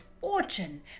fortune